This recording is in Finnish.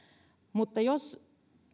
mutta jos